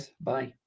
Bye